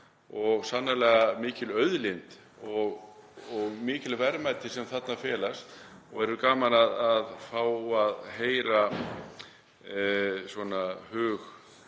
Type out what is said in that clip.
og sannarlega mikil auðlind og mikil verðmæti sem þarna felast og verður gaman að fá að heyra hug